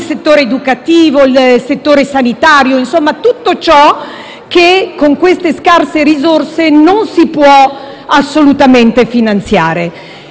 insomma, in tutto ciò che, con queste scarse risorse, non si può assolutamente finanziare.